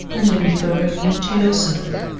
and in referring me to yourself.